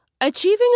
Achieving